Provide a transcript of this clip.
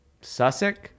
sussex